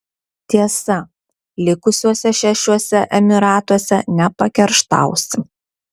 tiesa likusiuose šešiuose emyratuose nepakerštausi